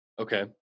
Okay